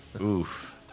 Oof